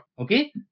okay